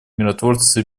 миротворцы